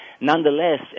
Nonetheless